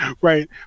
Right